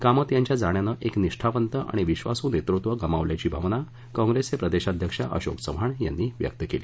कामत यांच्या जाण्यानं एक निष्ठावंत आणि विश्वासू नेतृत्व गमावल्याची भावना काँग्रेसचे प्रदेशाध्यक्ष अशोक चव्हाण यांनी व्यक्त केली